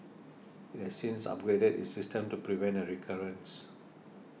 it has since upgraded its system to prevent a recurrence